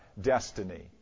destiny